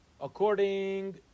According